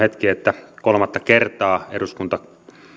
hetki että kolmatta kertaa eduskuntatyöni